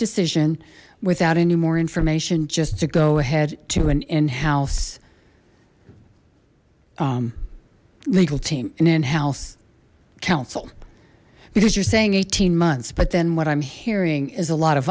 decision without any more information just to go ahead to an in house legal team and in house counsel because you're saying eighteen months but then what i'm hearing is a lot of